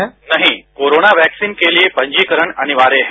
उत्तर नहीं corona vaccine के लिए पंजीकरण अनिवार्य है